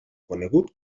conegut